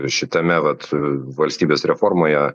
šitame vat valstybės reformoje